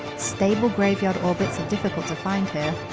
stable graveyard orbits are difficult to find here.